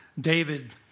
David